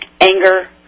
anger